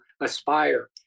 aspire